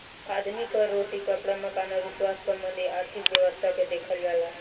आदमी कअ रोटी, कपड़ा, मकान अउरी स्वास्थ्य संबंधी आर्थिक व्यवस्था के देखल जाला